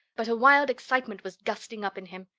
but a wild excitement was gusting up in him.